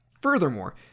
Furthermore